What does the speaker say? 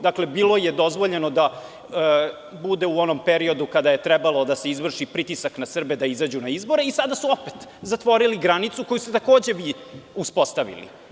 Dakle, bilo je dozvoljeno da bude u onom periodu kada je trebao da se izvrši pritisak na Srbe da izađu na izbore i sada su opet zatvorili granicu koju ste takođe vi uspostavili.